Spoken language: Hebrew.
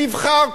נבחר,